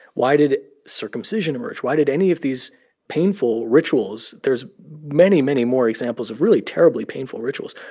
why did circumcision emerge? why did any of these painful rituals there's many, many more examples of really terribly painful rituals.